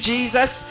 Jesus